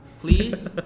please